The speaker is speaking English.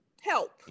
help